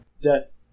death